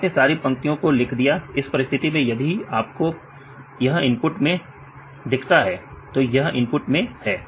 आपने सारी पंक्तियोंको लिख दिया इस परिस्थिति में यदि आपको यह इनपुट में दिखता है तो यह इनपुट में है